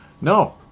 no